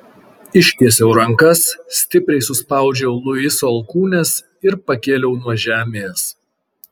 ištiesiau rankas stipriai suspaudžiau luiso alkūnes ir pakėliau nuo žemės